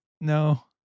No